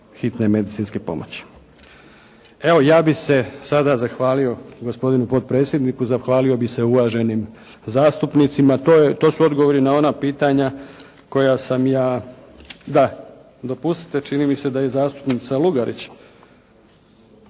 hitne medicinske pomoći. Evo, ja bih se sada zahvalio gospodinu potpredsjedniku, zahvalio bih se uvaženim zastupnicima. To su odgovori na ona pitanja koja sam ja … Da, dopustite, čini mi se da je i zastupnica Lugarić